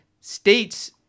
states